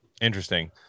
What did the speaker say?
Interesting